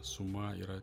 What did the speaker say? suma yra